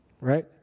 right